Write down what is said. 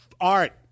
Art